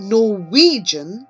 Norwegian